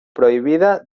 prohibida